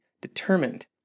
determined